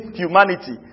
humanity